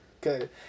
good